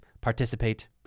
participate